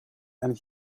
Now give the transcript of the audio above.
and